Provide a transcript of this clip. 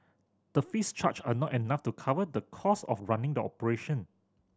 the fees charged are not enough to cover the costs of running the operation